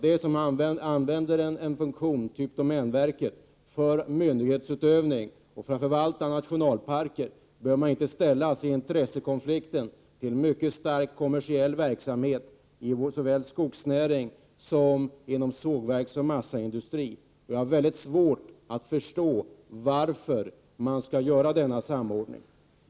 De som använder en funktion, typ domänverket, för myndighetsutövning och för att förvalta nationalparker skall inte behöva hamna i en intressekonflikt. Det rör sig ju om en mycket stark kommersiell verksamhet i såväl skogsnäringen som inom sågverksoch massaindustrin. Jag har väldigt svårt att förstå denna samordning.